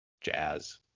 Jazz